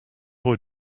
boy